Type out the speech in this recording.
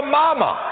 mama